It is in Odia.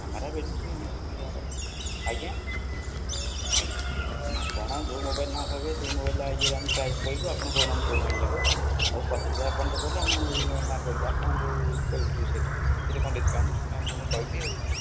କ୍ୟାମେରା ବ୍ୟାଟେରୀ ଏମିତି ଯାହା ଆଜ୍ଞା ଆପଣ ଯେଉଁ ମୋବାଇଲ୍ ନାଁ କହିବେ ସେଇ ମୋବାଇଲ୍ ଆମେ ପ୍ରାଇସ୍ କହିବୁ ଆପଣ କହୁନାହାନ୍ତି କଉ ମୋବାଇଲ୍ ନେବେ ତମେ ପଚିଶ ହଜାର ପର୍ଯ୍ୟନ୍ତ ଆପଣ ଯେଉଁ କହିଲେ ଆମେ ଏଇ ମୋବାଇଲ୍ ନାଁ କହିଲି ଆପଣ କହିବେ ଯେଉଁ ସେଟ୍ରେ ଏଥିରେ କଣ ଡ଼ିସକାଉଣ୍ଟ ମୁଁ ଆପଣଙ୍କୁ କହିବି ଆଉ